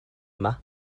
yma